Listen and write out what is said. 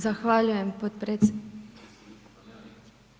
Zahvaljujem potpredsjedniče.